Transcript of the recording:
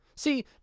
See